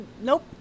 nope